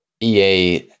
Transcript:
ea